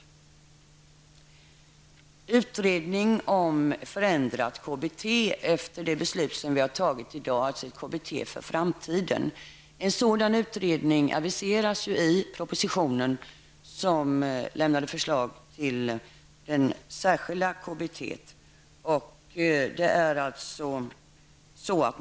När det sedan gäller en utredning om förändrat KBT efter det beslut som vi har tagit i dag, dvs. ett KBT för framtiden, aviseras en sådan utredning i propositionen. Den lämnade förslag till ett särskilt KBT.